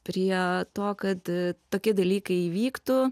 prie to kad tokie dalykai įvyktų